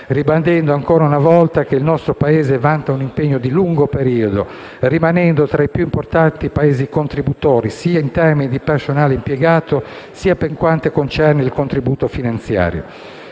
ribadendo ancora una volta che il nostro Paese vanta un impegno di lungo periodo, rimanendo tra i più importanti Paesi contributori, sia in termini di personale impiegato sia per quanto concerne il contributo finanziario.